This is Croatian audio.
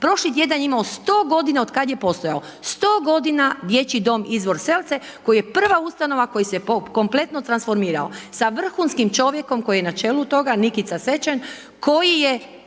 prošli tjedan je imao 100 godina od kada je postojao, 100 godina dječji dom Izvor Selce, koji je prva ustanova koja se kompletno transformirao, sa vrhunskim čovjekom koji je na čelu toga Nikica Sečen, koji je